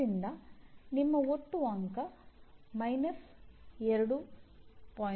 ಆದ್ದರಿಂದ ಇದು ಬಹಳ ನಿರ್ದಿಷ್ಟವಾಗಿದೆ